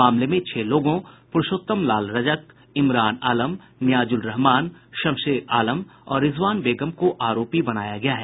मामले में छह लोगों प्रूर्षोत्तम लाल रजक इमरान आलम नियाज़ुल रहमान शमशेर आलम और रिजवान बेगम को आरोपी बनाया गया है